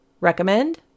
Recommend